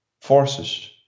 forces